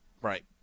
Right